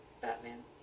Batman